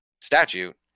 statute